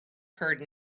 heard